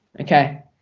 Okay